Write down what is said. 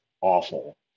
awful